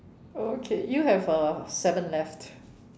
okay you have uh seven left